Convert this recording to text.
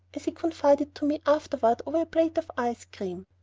as he confided to me afterward over a plate of ice-cream.